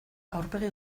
aurpegi